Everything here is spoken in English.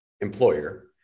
employer